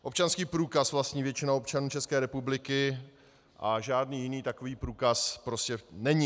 Občanský průkaz vlastní většina občanů České republiky a žádný jiný takový průkaz prostě není.